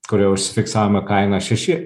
kuri užfiksavome kaina šeši